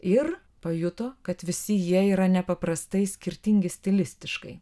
ir pajuto kad visi jie yra nepaprastai skirtingi stilistiškai